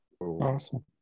awesome